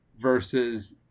versus